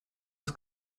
was